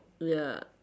ya